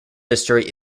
history